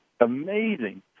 amazing